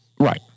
Right